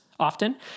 Often